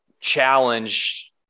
challenge